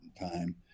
time